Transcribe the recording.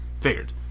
figured